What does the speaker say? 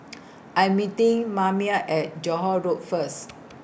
I'm meeting Maymie At Johore Road First